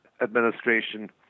administration